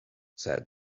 said